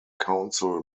council